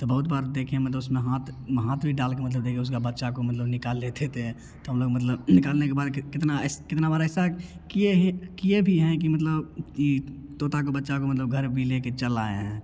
तो बहुत बार देखे मतलब उसमें हाथ हाथ भी डाल के मतलब उसका बच्चा को मतलब निकाल लेते थे तो हम लोग मतलब निकालने के बाद कितना कितना वाला हिस्सा किए है किए भी है कि मतलब ये तोता को बच्चा का मतलब घर घर भी ले कर चल आए हैं